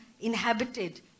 inhabited